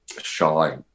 shy